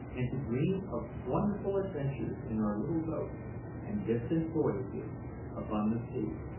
and to dream of wonderful adventures in our little boat and distant voyages upon the sea.